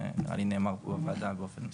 זה נראה לי נאמר פה בוועדה באופן מספק.